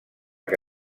que